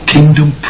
Kingdom